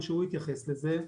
שהוא יתייחס לזה.